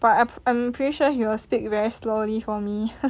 but I I'm pretty sure he will speak very slowly for me